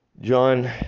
John